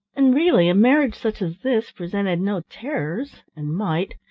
and really a marriage such as this presented no terrors and might,